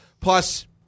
Plus